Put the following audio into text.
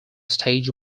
stage